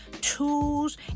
tools